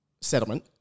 settlement